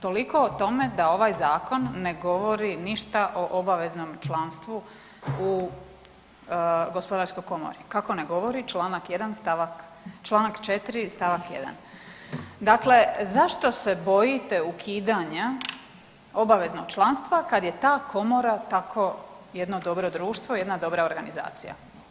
Toliko o tome da ovaj zakon ne govori ništa o obaveznom članstvu u Gospodarskoj komori kako ne govori članak 4. stavak 1. Dakle, zašto se bojite ukidanja obaveznog članstva kad je ta Komora tako jedno dobro društvo, jedna dobra organizacija.